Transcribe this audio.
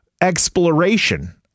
exploration